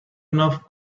enough